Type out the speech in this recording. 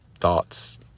thoughts